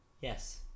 Yes